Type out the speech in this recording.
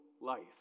life